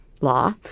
law